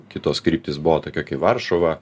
kitos kryptys buvo tokia kaip varšuva